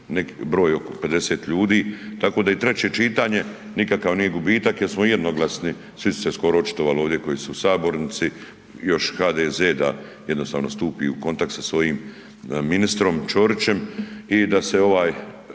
broj oko 50 ljudi, tako da i treće čitanje nikakav nije gubitak jer smo jednoglasni, svi su se skoro očitovali ovdje koji su u sabornici, još HDZ da jednostavno stupi u kontakt sa svojim ministrom Čorićem i da se ovaj,